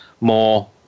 more